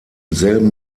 selben